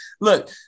Look